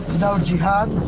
so jihad,